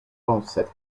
concept